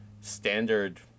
standard